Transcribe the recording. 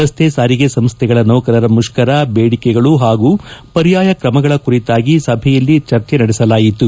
ರಸ್ತೆ ಸಾರಿಗೆ ಸಂಸ್ಥೆಗಳ ನೌಕರರ ಮುಷ್ಕರ ಬೇಡಿಕೆಗಳು ಹಾಗೂ ಪರ್ಯಾಯ ಕ್ರಮಗಳ ಕುರಿತಾಗಿ ಸಭೆಯಲ್ಲಿ ಚರ್ಚೆ ನಡೆಸಲಾಯಿತು